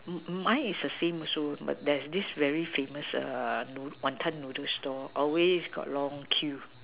mm my is the same also but that this very famous err know wanton noodles stall always got long queue